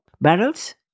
barrels